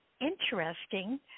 interesting